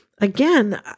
Again